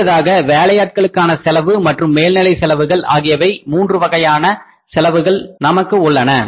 அடுத்தபடியாக வேலையாட்களுக்கான செலவு மற்றும் மேல்நிலை செலவுகள் ஆகிய மூன்று வகையான செலவுகள் நமக்கு உள்ளன